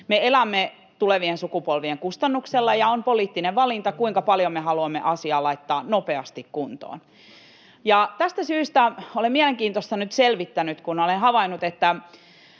elämme tulevien sukupolvien kustannuksella, ja on poliittinen valinta, kuinka paljon me haluamme asiaa laittaa nopeasti kuntoon. [Petteri Orpo: Niinpä!] Tästä